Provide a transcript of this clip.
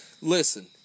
Listen